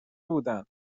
بودن